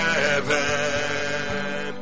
heaven